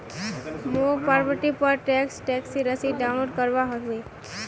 मौक प्रॉपर्टी र tax taxi रसीद डाउनलोड करवा होवे